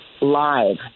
live